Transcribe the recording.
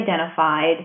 identified